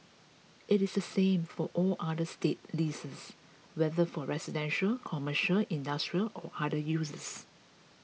it is the same for all other state leases whether for residential commercial industrial or other uses